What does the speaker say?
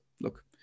look